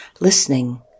listening